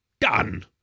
Done